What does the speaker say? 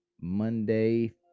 Monday